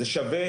זה שווה,